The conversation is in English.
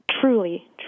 truly